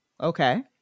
okay